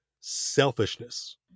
selfishness